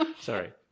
Sorry